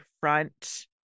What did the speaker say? front